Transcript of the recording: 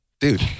dude